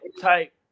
type